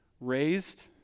raised